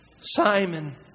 Simon